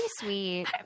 sweet